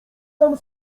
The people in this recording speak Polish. tam